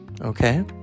Okay